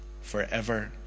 forever